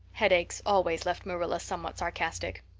headaches always left marilla somewhat sarcastic.